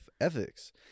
ethics